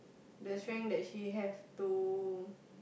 the strength that she have to